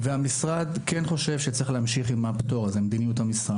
והמשרד חושב כמדיניות שכן צריך להמשיך עם הפטור הזה.